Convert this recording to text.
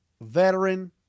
veteran